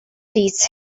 these